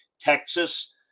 texas